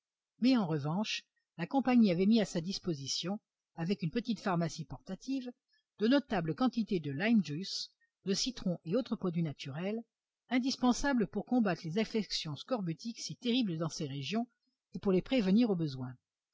mais en revanche la compagnie avait mis à sa disposition avec une petite pharmacie portative de notables quantités de lime juice de citrons et autres produits naturels indispensables pour combattre les affections scorbutiques si terribles dans ces régions et pour les prévenir au besoin